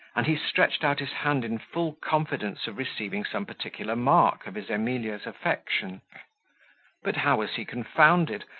and he stretched out his hand in full confidence of receiving some particular mark of his emilia's affection but how was he confounded,